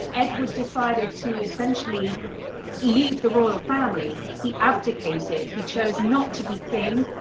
edward decided to essentially leave the royal family. he abdicated. he chose not to be king,